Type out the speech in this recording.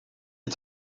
est